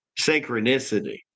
synchronicity